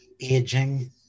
aging